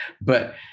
but-